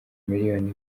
miliyoni